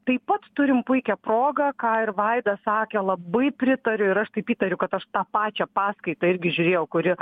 taip pat turim puikią progą ką ir vaidas sakė labai pritariu ir aš taip įtariu kad aš tą pačią paskaitą irgi žiūrėjau kuri